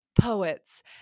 poets